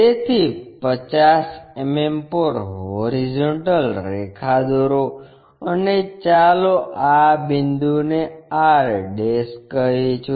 તેથી 50 mm પર horizontal રેખા દોરો અને ચાલો આ બિંદુને r કહીશું